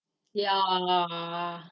ya lah